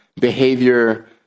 behavior